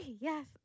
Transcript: yes